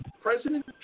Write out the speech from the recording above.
President